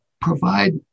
provide